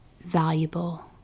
valuable